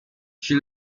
she